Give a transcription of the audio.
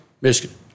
Michigan